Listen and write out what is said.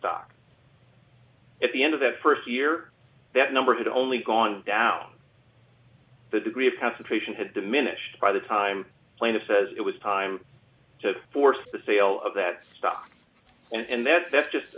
stock at the end of the st year that number could only gone down the degree of concentration had diminished by the time plaintiff says it was time to force the sale of that stock and that that's just